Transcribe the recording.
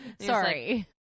sorry